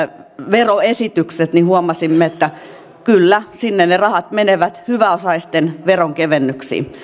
veroesitykset niin huomasimme että kyllä ne rahat menevät sinne hyväosaisten veronkevennyksiin